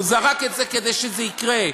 הוא זרק את זה כדי שזה יקרה,